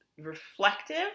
reflective